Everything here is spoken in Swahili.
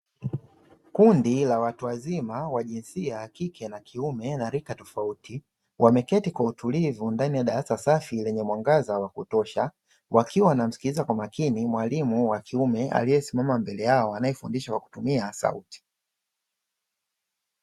Kundi la watu wazima wa jinsia ya kike na kiume na rika tofauti, wameketi kwa utulivu ndani ya darasa safi lenye mwangaza wa kutosha, wakiwa wanamsikiliza kwa makini mwalimu wa kiume aliyesimama mbele yao anayefundishwa kwa kutumia sauti.